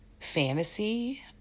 fantasy